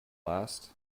last